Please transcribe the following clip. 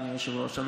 אדוני היושב-ראש.